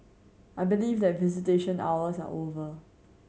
I believe that visitation hours are over